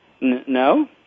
no